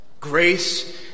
Grace